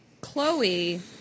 Chloe